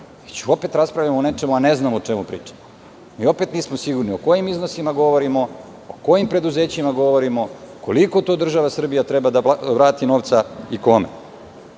već opet raspravljamo o nečemu, a ne znamo o čemu pričamo. Mi opet nismo sigurni o kojim iznosima govorimo, o kojim preduzećima govorimo, koliko to država Srbija treba da vrati novca i kome.